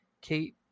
Kate